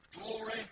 glory